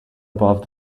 above